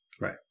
Right